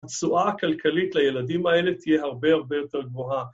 התשואה הכלכלית לילדים האלה ‫תהיה הרבה הרבה יותר גבוהה.